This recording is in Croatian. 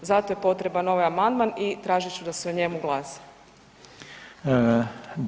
Zato je potreban ovaj amandman i tražit ću da se o njemu glasa.